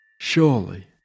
Surely